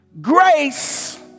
grace